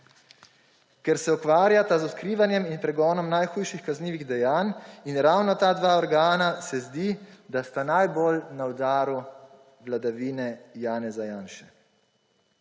ker se ukvarjata z odkrivanjem in pregonom najhujših kaznivih dejanj. In ravno ta dva organa se zdi, da sta najbolj na udaru vladavine Janeza Janše.